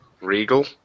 Regal